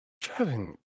Kevin